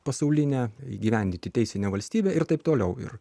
pasaulinę įgyvendinti teisinę valstybę ir taip toliau ir